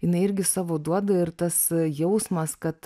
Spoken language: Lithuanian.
jinai irgi savo duoda ir tas jausmas kad